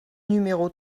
numéro